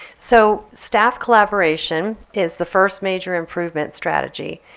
so staff collaboration is the first major improvement strategy.